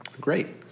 Great